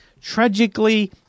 tragically